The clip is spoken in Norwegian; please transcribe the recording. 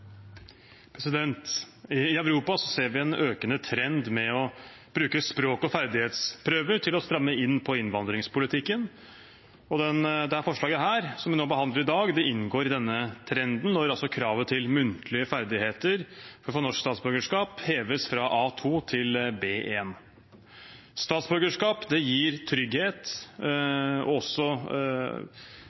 I Europa ser vi en økende trend med å bruke språk- og ferdighetsprøver til å stramme inn på innvandringspolitikken. Det forslaget vi behandler i dag, inngår i denne trenden når kravet til muntlige ferdigheter for å få norsk statsborgerskap heves fra A2 til B1. Statsborgerskap gir trygghet og også